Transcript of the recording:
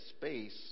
space